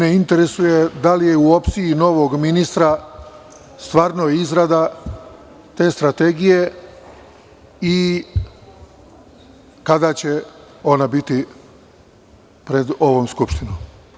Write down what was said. Interesuje me da li je u opciji novog ministra stvarno izrada te strategije i kada će ona biti pred Skupštinom?